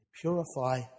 Purify